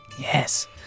Yes